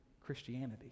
Christianity